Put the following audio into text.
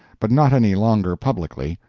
but not any longer publicly.